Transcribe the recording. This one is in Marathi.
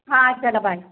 हां चला बाय